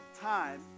time